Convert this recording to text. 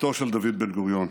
משפחתו של דוד בן-גוריון,